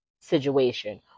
situation